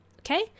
Okay